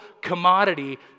commodity